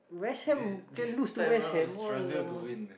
this this time round struggle to win eh